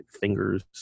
fingers